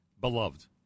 beloved